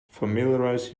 familiarize